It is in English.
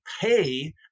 pay